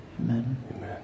Amen